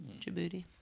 Djibouti